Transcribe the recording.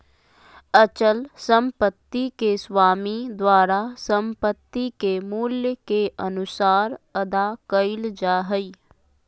अचल संपत्ति के स्वामी द्वारा संपत्ति के मूल्य के अनुसार अदा कइल जा हइ